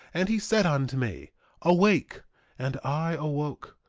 and he said unto me awake and i awoke,